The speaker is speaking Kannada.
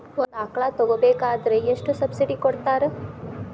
ಒಂದು ಆಕಳ ತಗೋಬೇಕಾದ್ರೆ ಎಷ್ಟು ಸಬ್ಸಿಡಿ ಕೊಡ್ತಾರ್?